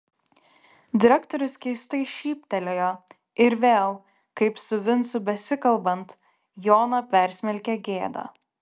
direktorius keistai šyptelėjo ir vėl kaip su vincu besikalbant joną persmelkė gėda